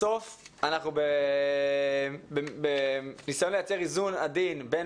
בסוף אנחנו בניסיון לייצר איזון עדין בין